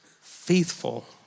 faithful